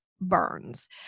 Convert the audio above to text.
burns